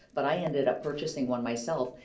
but i ended up purchasing one myself,